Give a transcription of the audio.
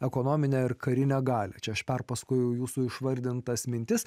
ekonominę ir karinę galią čia aš perpasakojau jūsų išvardintas mintis